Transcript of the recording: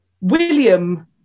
William